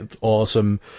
awesome